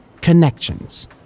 connections